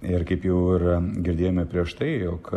ir kaip jau ir girdėjome prieš tai jog